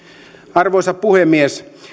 arvoisa puhemies